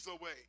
away